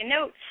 notes